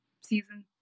season